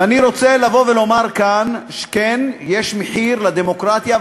ואני רוצה לבוא ולומר כאן: כן, יש מחיר לדמוקרטיה.